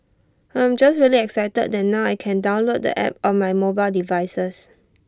I am just really excited that now I can download the app on my mobile devices